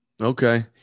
Okay